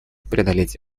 преодолеть